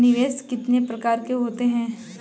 निवेश कितने प्रकार के होते हैं?